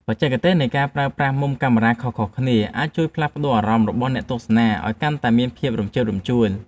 បច្ចេកទេសនៃការប្រើប្រាស់មុំកាមេរ៉ាខុសៗគ្នាអាចជួយផ្លាស់ប្តូរអារម្មណ៍របស់អ្នកទស្សនាឱ្យកាន់តែមានភាពរំជើបរំជួល។